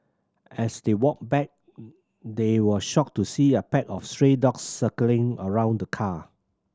as they walked back they were shocked to see a pack of stray dogs circling around the car